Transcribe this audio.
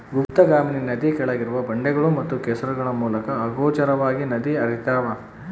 ಗುಪ್ತಗಾಮಿನಿ ನದಿ ಕೆಳಗಿರುವ ಬಂಡೆಗಳು ಮತ್ತು ಕೆಸರುಗಳ ಮೂಲಕ ಅಗೋಚರವಾಗಿ ನದಿ ಹರ್ತ್ಯಾವ